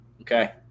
Okay